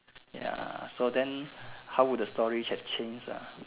ya so then how would the story have changed ah